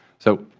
so